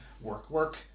work-work